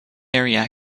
area